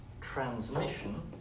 transmission